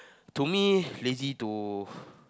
to me lazy too